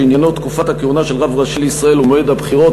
שעניינו תקופת הכהונה של רב ראשי לישראל ומועד הבחירות,